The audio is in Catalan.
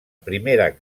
primera